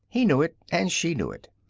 he knew it, and she knew it.